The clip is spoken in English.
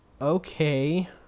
okay